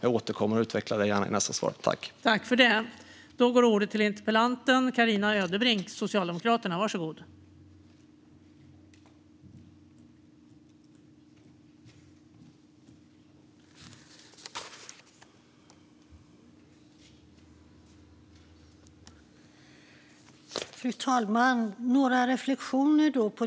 Jag återkommer gärna till detta i nästa svar och utvecklar det.